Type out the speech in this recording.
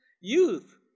Youth